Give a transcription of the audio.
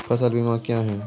फसल बीमा क्या हैं?